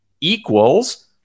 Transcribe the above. equals